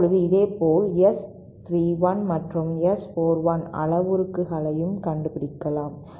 இப்போது இதேபோல் S 31 மற்றும் S 41 அளவுருக்களையும் கண்டுபிடிக்கலாம்